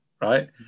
right